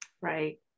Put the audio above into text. right